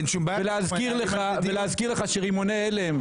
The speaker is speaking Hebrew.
להזכיר לך שרימוני הלם,